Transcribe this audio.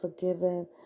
forgiven